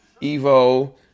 Evo